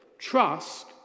Trust